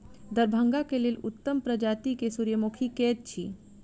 दरभंगा केँ लेल उत्तम प्रजाति केँ सूर्यमुखी केँ अछि?